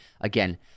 Again